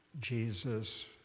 Jesus